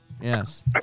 Yes